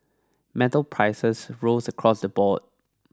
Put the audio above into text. metal prices rose across the board